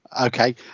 okay